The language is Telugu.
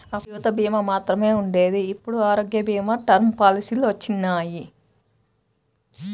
అప్పట్లో జీవిత భీమా మాత్రమే ఉండేది ఇప్పుడు ఆరోగ్య భీమా, టర్మ్ పాలసీలొచ్చినియ్యి